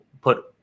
put